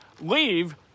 leave